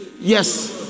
yes